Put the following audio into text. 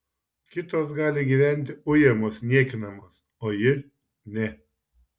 kitos gali gyventi ujamos niekinamos o ji ne